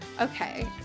Okay